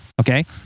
Okay